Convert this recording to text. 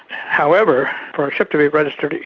however, for a ship to be registered,